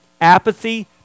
Apathy